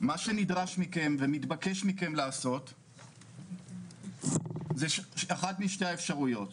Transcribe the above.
מה שנדרש מכם ומתבקש מכם לעשות זה אחת משתי האפשרויות,